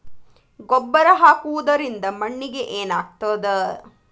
ಗೊಬ್ಬರ ಹಾಕುವುದರಿಂದ ಮಣ್ಣಿಗೆ ಏನಾಗ್ತದ?